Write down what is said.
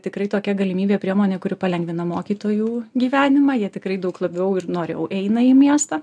tikrai tokia galimybė priemonė kuri palengvina mokytojų gyvenimą jie tikrai daug labiau ir noriau eina į miestą